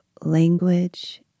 language